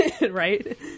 right